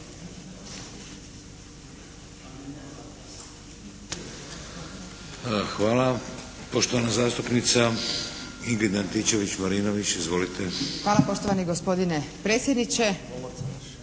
Hvala poštovani gospodine predsjedniče,